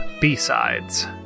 B-Sides